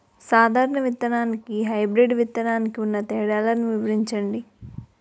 సాధారణ విత్తననికి, హైబ్రిడ్ విత్తనానికి ఉన్న తేడాలను వివరించండి?